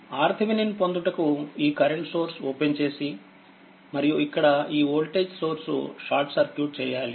RTheveninపొందుటకుఈ current source open చేసి మరియు ఇక్కడ ఈ ఓల్టేజి సోర్స్ షార్ట్ సర్క్యూట్ చెయ్యాలి